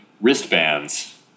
wristbands